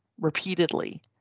repeatedly